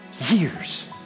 years